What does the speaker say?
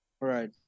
Right